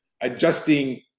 adjusting